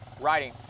riding